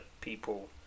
people